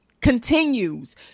continues